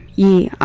ea